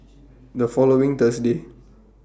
The following Thursday